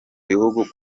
bihugu